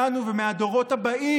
ליהנות ממנו מאיתנו ומהדורות הבאים.